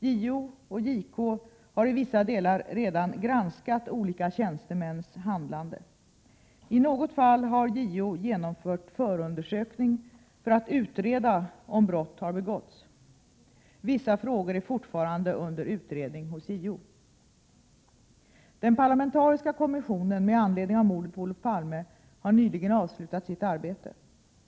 JO och JK har i vissa delar redan granskat olika tjänstemäns handlande. I något fall har JO genomfört förundersökning för att utreda om brott har begåtts. Vissa frågor är fortfarande under utredning hos JO. Den parlamentariska kommissionen med anledning av mordet på Olof Palme har nyligen avslutat sitt arbete.